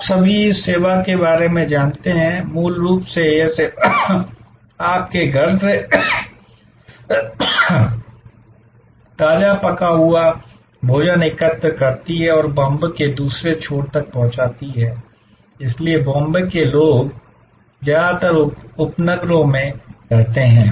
आप सभी इस सेवा के बारे में जानते हैं मूल रूप से यह सेवा आपके घर से ताजा पका हुआ भोजन एकत्र करती है और बॉम्बे के दूसरे छोर तक पहुंचाती है इसलिए बॉम्बे के लोग ज्यादातर उपनगरों में रहते हैं